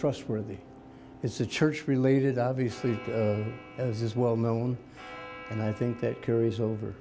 trust for the it's a church related obviously as is well known and i think that carries over